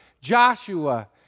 Joshua